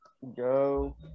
Go